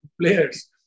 players